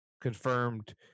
confirmed